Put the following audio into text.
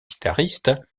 guitariste